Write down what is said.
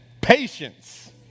patience